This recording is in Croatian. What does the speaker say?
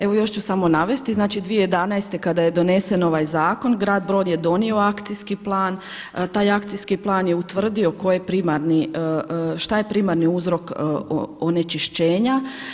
Evo još ću samo navesti, znači 2011. kada je donesen ovaj zakon grad Brod je donio akcijski plan, taj akcijski plan je utvrdio šta je primarni uzrok onečišćenja.